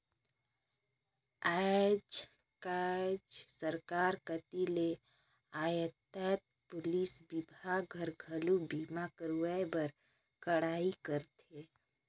आयज कायज सरकार कति ले यातयात पुलिस विभाग हर, घलो बीमा करवाए बर कड़ाई करथे